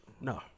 No